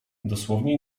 dosłownie